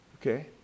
Okay